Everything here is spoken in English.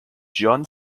john